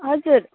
हजुर